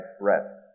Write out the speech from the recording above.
threats